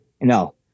No